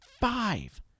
Five